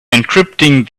encrypting